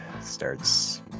starts